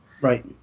Right